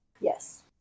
Yes